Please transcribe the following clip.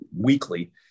weekly